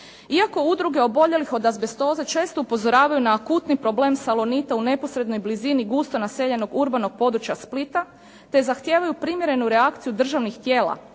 Iako udruge oboljelih od azbestoze često upozoravaju na akutni problem "Salonita" u neposrednoj blizini gusto naseljenog urbanog područja Splita, te zahtijevaju primjerenu reakciju državnih tijela,